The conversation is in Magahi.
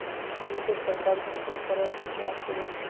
बीजेर प्रकार कुंसम करे पहचान करूम?